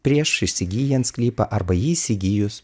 prieš įsigyjant sklypą arba jį įsigijus